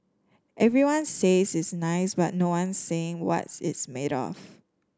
everyone says it's nice but no one's saying what's it's made of